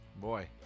boy